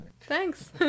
Thanks